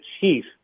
chief